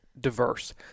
diverse